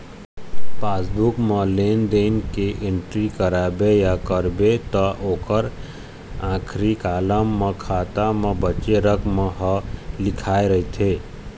passbook म लेन देन के एंटरी कराबे या करबे त ओखर आखरी कालम म खाता म बाचे रकम ह लिखाए रहिथे